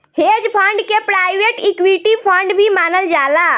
hedge fund के private equity fund भी मानल जाला